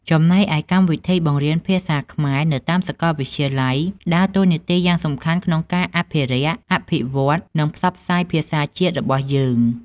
ចំណែកឯកម្មវិធីបង្រៀនភាសាខ្មែរនៅតាមសាកលវិទ្យាល័យ ដើរតួនាទីយ៉ាងសំខាន់ក្នុងការអភិរក្ស អភិវឌ្ឍ និងផ្សព្វផ្សាយភាសាជាតិរបស់យើង។